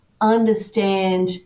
understand